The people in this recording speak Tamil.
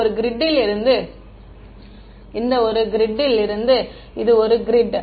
மாணவர் இந்த ஒரு க்ரிட்டில் இருந்து ஒரு கிரிட்